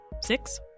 Six